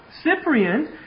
Cyprian